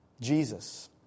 Jesus